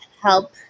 help